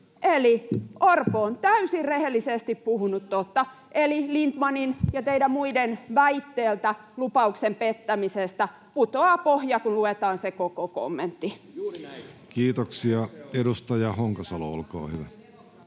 Eli Orpo on täysin rehellisesti puhunut totta. [Vasemmalta: Ei ole!] Eli Lindtmanin ja teidän muiden väitteeltä lupauksen pettämisestä putoaa pohja, kun luetaan se koko kommentti. Kiitoksia. — Edustaja Honkasalo, olkaa hyvä.